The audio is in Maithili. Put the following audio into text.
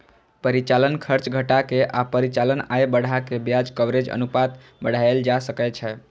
परिचालन खर्च घटा के आ परिचालन आय बढ़ा कें ब्याज कवरेज अनुपात बढ़ाएल जा सकै छै